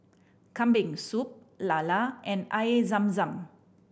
Kambing Soup lala and Air Zam Zam